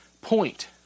point